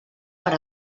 per